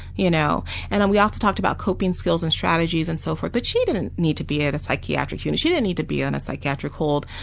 you know and um we often talk about coping skills and strategies and so forth, but she didn't need to be at a psychiatric unit. she didn't need to be on a psychiatric hold,